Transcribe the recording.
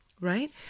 right